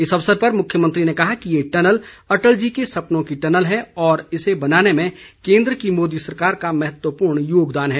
इस अवसर पर मुख्यमंत्री ने कहा कि ये टनल अटल जी के सपनों की टनल है और इसे बनाने में केन्द्र की मोदी सरकार का महत्वपूर्ण योगदान है